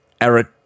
Eric